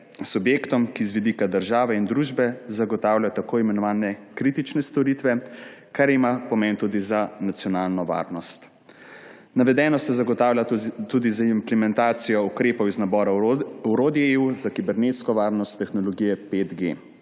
subjektom, ki z vidika države in družbe zagotavljajo tako imenovane kritične storitve, kar ima pomen tudi za nacionalno varnost. Navedeno se zagotavlja tudi z implementacijo ukrepov iz nabora orodij EU za kibernetsko varnost tehnologije 5G,